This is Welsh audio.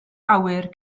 awyr